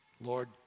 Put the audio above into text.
Lord